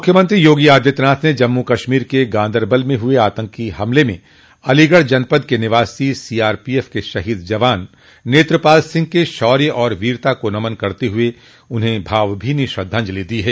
मुख्यमंत्री योगी आदित्यनाथ ने जम्मु कश्मीर के गांदरबल में हुए आतंकी हमले में अलीगढ़ जनपद निवासी सीआरपीएफ के शहीद जवान नेत्रपाल सिंह के शौर्य और वीरता को नमन करते हुए उन्हें भावभीनी श्रद्धाजंलि दी है